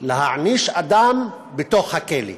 אדם בתוך הכלא.